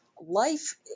Life